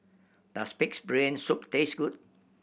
does Pig's Brain Soup taste good